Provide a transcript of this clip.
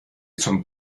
zum